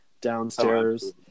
downstairs